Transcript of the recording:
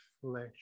flesh